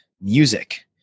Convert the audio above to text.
music